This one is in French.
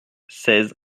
seize